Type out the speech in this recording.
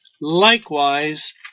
Likewise